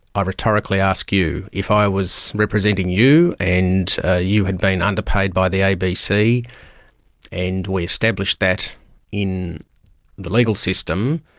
ah rhetorically ask you, if i was representing you and ah you had been underpaid by the abc and we established that in the legal system,